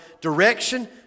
direction